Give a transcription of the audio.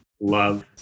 Love